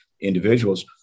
individuals